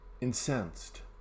incensed